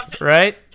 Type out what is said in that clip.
Right